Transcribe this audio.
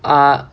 err